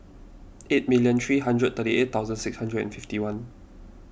eight million three hundred thirty eight thousand six hundred and fifty one